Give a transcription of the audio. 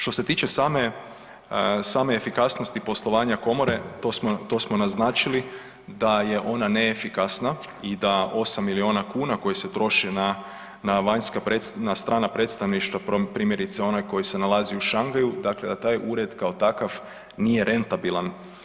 Što se tiče same efikasnosti poslovanja komore to smo naznačili da je ona neefikasna i da 8 milijuna kuna koje se troše na strana predstavništva primjerice onaj koji se nalazi u Šangaju dakle da taj ured kao takav nije rentabilan.